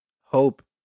hope